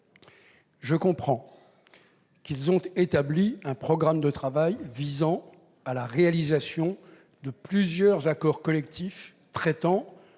Je comprends qu'ils ont établi un programme de travail visant à l'adoption de plusieurs accords collectifs traitant